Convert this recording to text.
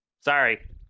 Sorry